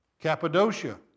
Cappadocia